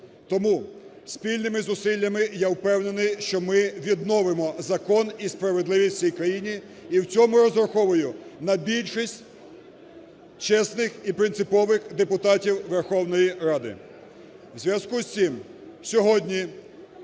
Тому спільними зусиллями я впевнений, що ми відновимо закон і справедливість у цій країні і в цьому розраховую на більшість чесних і принципових депутатів Верховної Ради.